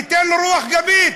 ניתן לו רוח גבית,